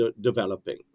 developing